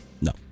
no